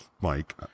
Mike